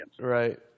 Right